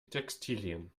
textilien